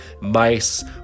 mice